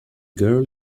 girl